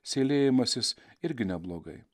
seilėjimasis irgi neblogai